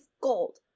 Gold